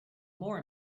more